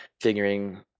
figuring